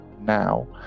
Now